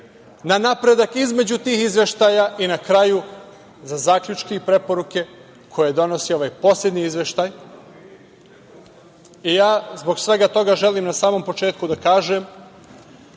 na napredak između tih izveštaja i na kraju za zaključke i preporuke koje donosi ovaj poslednji izveštaj. Ja zbog svega toga želim na samom početku da kažem